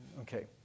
okay